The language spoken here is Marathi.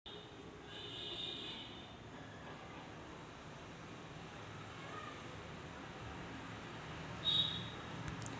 आर्थिक बाजार क्षेत्रांतर्गत आणि क्षेत्रातील गुंतवणुकीद्वारे पैशांचा प्रवाह करण्यास परवानगी देतात